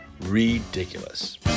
Ridiculous